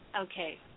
Okay